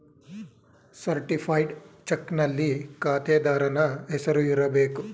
certified ಚಕ್ನಲ್ಲಿ ಖಾತೆದಾರನ ಹೆಸರು ಇರಬೇಕು